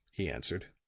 he answered.